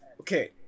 Okay